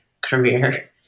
career